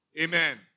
Amen